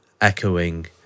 echoing